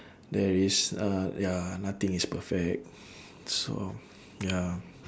there is uh ya nothing is perfect so ya